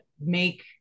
make